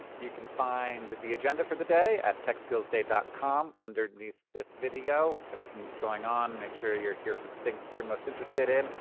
you can find the agenda for the day at techskillsday dot com underneath this video, everything that's going on, and make sure you're here for the things that you're most interested in.